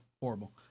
Horrible